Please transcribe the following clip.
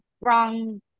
wrong